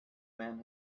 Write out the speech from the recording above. man